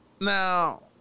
now